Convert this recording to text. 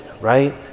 right